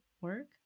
work